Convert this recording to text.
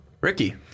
Ricky